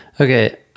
Okay